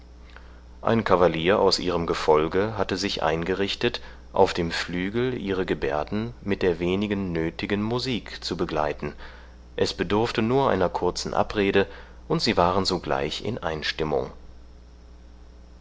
ein kavalier aus ihrem gefolge hatte sich eingerichtet auf dem flügel ihre gebärden mit der wenigen nötigen musik zu begleiten es bedurfte nur einer kurzen abrede und sie waren sogleich in einstimmung